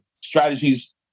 strategies